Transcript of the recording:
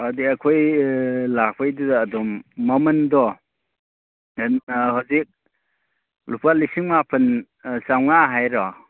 ꯑꯗꯨꯗꯤ ꯑꯩꯈꯣꯏ ꯑꯥ ꯂꯥꯛꯄꯩꯗꯨꯗ ꯑꯗꯨꯝ ꯃꯃꯟꯗꯣ ꯑꯥ ꯍꯧꯖꯤꯛ ꯂꯨꯄꯥ ꯂꯤꯁꯤꯡ ꯃꯥꯄꯜ ꯑꯥ ꯆꯥꯝꯃꯉꯥ ꯍꯥꯏꯔꯣ